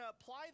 apply